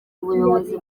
ubuyobozi